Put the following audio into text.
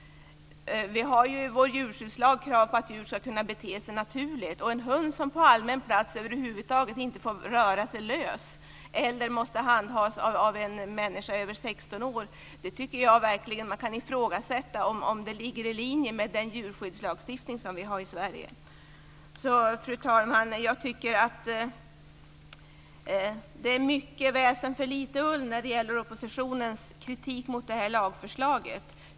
Vi har i vår djurskyddslag krav på att djur ska kunna bete sig naturligt. Jag tycker verkligen att man kan ifrågasätta om det ligger i linje med den djurskyddslagstiftning som vi har i Sverige att en hund över huvud taget inte får röra sig lös på allmän plats eller måste handhas av en människa över 16 år. Fru talman! Det är mycket väsen för lite ull när det gäller oppositionens kritik mot det här lagförslaget.